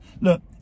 Look